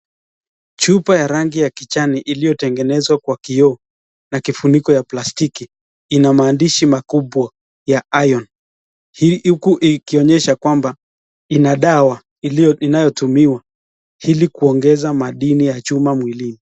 Chupa ya Rangi ya kijani iliyotengenezwa Kwa kioo Na kifuniko ya plastiki Ina maandishi makubwa ya iron